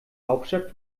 hauptstadt